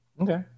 Okay